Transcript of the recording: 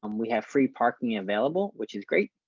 um we have free parking available, which is great.